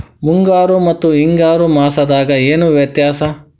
ಮುಂಗಾರು ಮತ್ತ ಹಿಂಗಾರು ಮಾಸದಾಗ ಏನ್ ವ್ಯತ್ಯಾಸ?